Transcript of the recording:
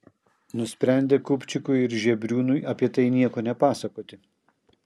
nusprendė kupčikui ir žebriūnui apie tai nieko nepasakoti